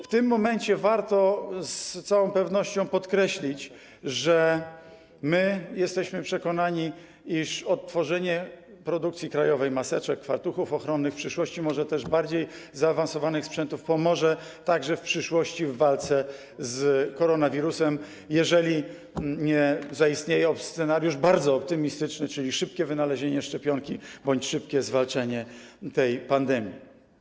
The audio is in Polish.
W tym momencie warto z całą pewnością podkreślić, że jesteśmy przekonani, iż odtworzenie produkcji krajowej maseczek, fartuchów ochronnych, w przyszłości może też bardziej zaawansowanych sprzętów - pomoże, także w przyszłości, w walce z koronawirusem, jeżeli nie zaistnieje scenariusz bardzo optymistyczny, czyli szybkie wynalezienie szczepionki bądź szybkie zwalczenie tej pandemii.